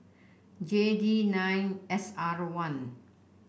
J D nine S R one